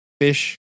fish